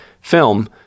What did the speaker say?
film